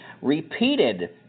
repeated